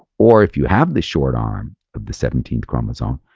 or if you have the short arm of the seventeenth chromosome,